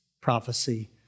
prophecy